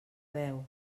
veu